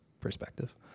perspective